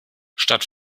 statt